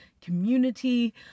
community